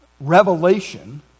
revelation